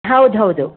ಹೌದು ಹೌದು